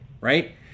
right